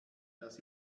das